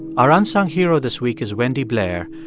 our unsung hero this week is wendy blair,